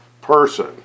person